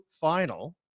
final